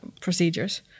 procedures